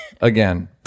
again